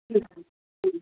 जी जी